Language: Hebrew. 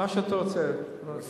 אוקיי.